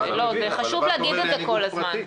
חשוב להגיד את זה כל הזמן.